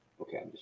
Okay